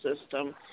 system